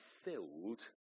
filled